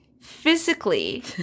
physically